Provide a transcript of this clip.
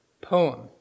poem